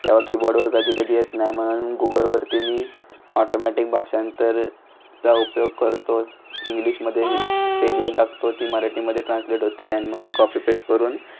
तेव्हा किबोर्डवर कधी कधी येत नाही म्हणून गुगलवरती मी ऑटोमॅटिक भाषांतराचा उपयोग करतो इंग्लिशमध्ये स्पेलिंग टाकतो ती मराठीमध्ये ट्रान्सलेट होते आणि मग मी कॉपी पेष्ट करून